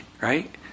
right